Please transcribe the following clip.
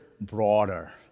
broader